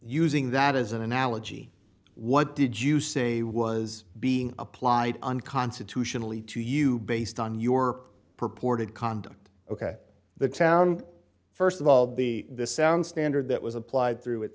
using that as an analogy what did you say was being applied unconstitutionally to you based on your purported conduct ok the town st of all the sound standard that was applied through it